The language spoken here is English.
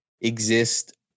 exist